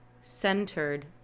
centered